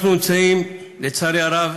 אנחנו נמצאים, לצערי הרב,